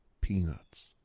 peanuts